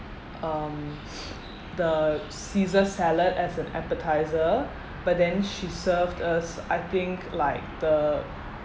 um the caesar salad as an appetiser but then she served us I think like the